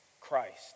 Christ